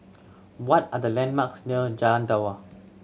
what are the landmarks near Jalan Dua